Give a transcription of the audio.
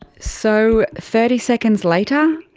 so thirty seconds later,